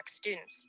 students